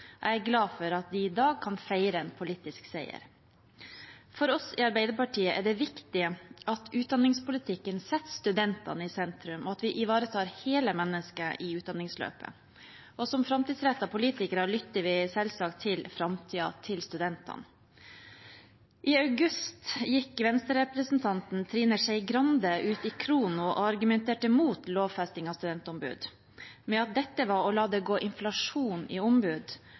Jeg er glad for at de i dag kan feire en politisk seier. For oss i Arbeiderpartiet er det viktig at utdanningspolitikken setter studentene i sentrum, og at vi ivaretar hele mennesket i utdanningsløpet. Som framtidsrettede politikere lytter vi selvsagt til framtiden, til studentene. I august gikk Venstre-representanten Trine Skei Grande ut i Khrono og argumenterte mot lovfesting av studentombud med at dette var å la det gå inflasjon i ombud